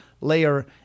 layer